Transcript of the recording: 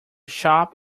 shop